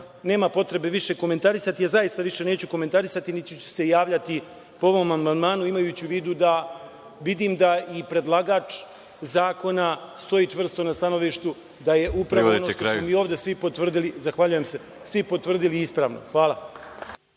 nema potrebe više komentarisati. Ja zaista više neću komentarisati, niti ću se javljati po ovom amandmanu, imajući u vidu da vidim da i predlagač zakona stoji čvrsto na stanovištu da je upravo i ono što su svi ovde potvrdili ispravno. Hvala.